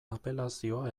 apelazioa